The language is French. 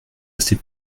assez